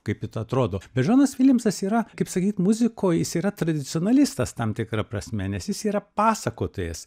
kaip atrodo bet džonas viljamsas yra kaip sakyt muzikoj jis yra tradicionalistas tam tikra prasme nes jis yra pasakotojas